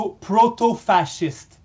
proto-fascist